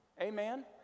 Amen